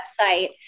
website